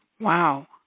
Wow